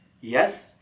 Yes